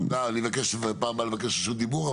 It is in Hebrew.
אני מבקש בפעם הבאה לבקש רשות דיבור,